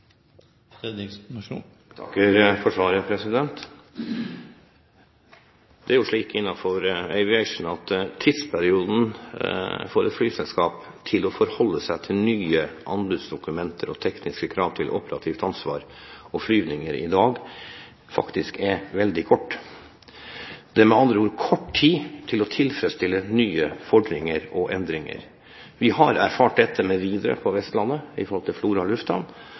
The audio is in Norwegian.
takker for svaret. Innenfor aviation er det jo i dag slik at tidsperioden for et flyselskap med hensyn til å forholde seg til nye anbudsdokumenter og tekniske krav til operativt ansvar og flyvninger, faktisk er veldig kort. Det er med andre ord kort tid til å tilfredsstille nye fordringer og endringer. På Vestlandet har vi erfart dette med